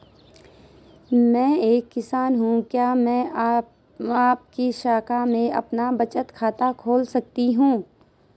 मैं एक किसान हूँ क्या मैं आपकी शाखा में अपना बचत खाता खोल सकती हूँ?